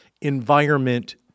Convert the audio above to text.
environment